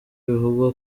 bivugwa